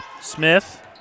Smith